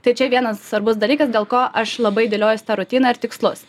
tai čia vienas svarbus dalykas dėl ko aš labai dėliojuosi tą rutiną ir tikslus